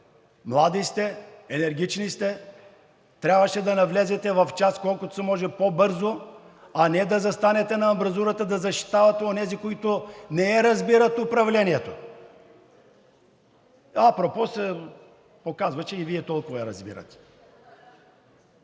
млади сте, енергични сте, трябваше да навлезете в час колкото се може по-бързо, а не да застанете на амбразурата да защитавате онези, които не разбират управлението. Апропо, се оказва, че и Вие толкова го разбирате.